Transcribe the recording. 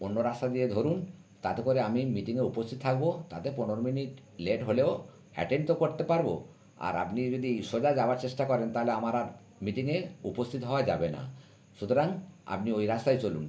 অন্য রাস্তা দিয়ে ধরুন তাতে করে আমি মিটিংয়ে উপস্থিত থাকব তাতে পনেরো মিনিট লেট হলেও অ্যাটেন্ড তো করতে পারব আর আপনি যদি সোজা যাওয়ার চেষ্টা করেন তাহলে আমার আর মিটিংয়ে উপস্থিত হওয়া যাবে না সুতরাং আপনি ওই রাস্তায় চলুন